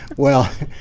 well,